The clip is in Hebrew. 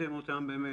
מיפיתם אותם באמת?